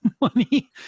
money